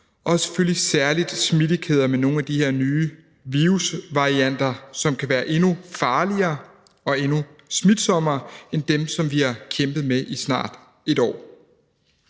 og selvfølgelig særlig smittekæder med nogle af de her nye virusvarianter, som kan være endnu farligere og endnu mere smitsomme end dem, som vi har kæmpet med i snart et år.